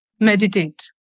Meditate